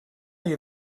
you